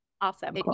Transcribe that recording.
Awesome